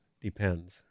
Depends